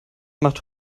macht